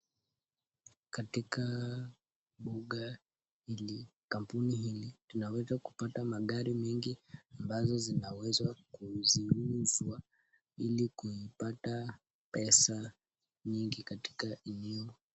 Katika kampuni hili tunaweza kupata magari mengi ambazo zinaweza kuziuzwa ili kuipata pesa nyingi katika eneo hili.